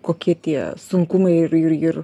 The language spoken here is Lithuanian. kokie tie sunkumai ir ir ir